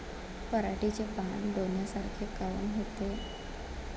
पराटीचे पानं डोन्यासारखे काऊन होते?